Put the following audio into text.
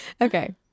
Okay